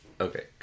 Okay